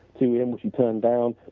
to him which he turned down.